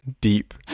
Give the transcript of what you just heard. deep